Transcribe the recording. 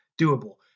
doable